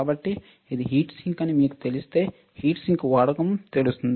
కాబట్టి ఇది heat sink అని మీకు తెలిస్తే హీట్ సింక్ వాడకం తెలుస్తుంది